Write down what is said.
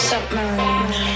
Submarine